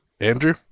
Andrew